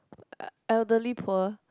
el~ elderly poor